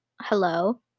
hello